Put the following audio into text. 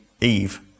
Eve